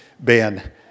Ben